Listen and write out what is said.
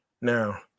Now